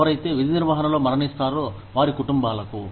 ఎవరైతే విధి నిర్వహణలో మరణిస్తారో వారి కుటుంబాలకు